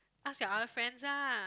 ask your other friends lah